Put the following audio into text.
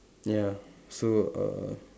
ya so err